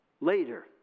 Later